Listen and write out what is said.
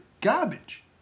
garbage